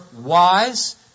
wise